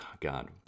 God